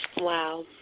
Wow